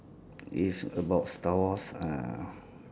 if about star wars uh